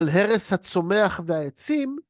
‫על הרס הצומח והעצים...